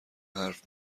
حرف